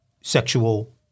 sexual